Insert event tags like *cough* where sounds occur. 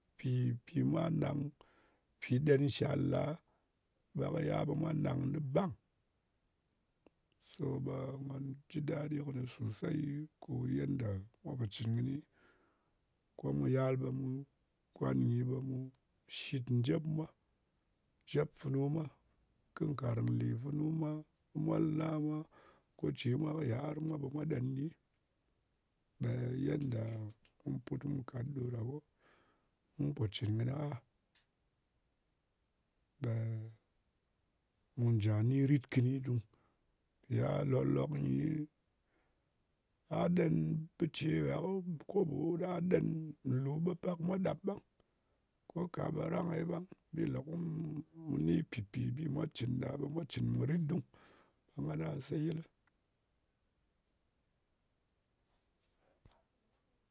Pì pì mwa nan pi ɗen shal a, ɓe kɨ yal ɓe mwa nang nɨ bang. So ɓe mu jɨ dadi kɨnɨ sosey. Ko yenda mwa po cɨn kɨni. Ko mu yal ɓe mu kwan nyi, ɓe mu shit njep mwa. Jep funu mwa kɨ nàrng lè funu mwa, molna mwa. Go ce mwa kɨ yiar mwa ɓe mwa ɗen ɗyi. Ɓe yenda mu put mu kat ɗo ɗa, ko mu pò cɨn kɨnɨ a. Ɓe ng1a jà ni rit kɨni dung. Mpì ka lòlok nyi, a ɗen bɨ ce, gha kɨ koɓo ɗa ɗen nlu ɓe pak ɓe mwa ɗap ɓang. Ko ka ɓe rang-e ɓang. Bi lē ko mu mu ni pɨpi bi mwa cɨn ɗa, ɓe mwa cɨn mun rit dung, ɓe ngana seyɨlɨ. *noise*